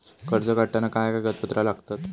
कर्ज काढताना काय काय कागदपत्रा लागतत?